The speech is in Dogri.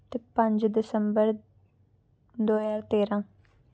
ते पंज दिसम्बर दो ज्हार तेरां